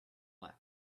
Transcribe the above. left